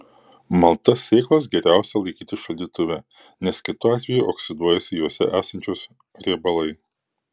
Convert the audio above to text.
maltas sėklas geriausia laikyti šaldytuve nes kitu atveju oksiduojasi jose esančios riebalai